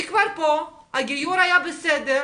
היא כבר פה, הגיור היה בסדר,